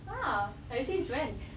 ah like since when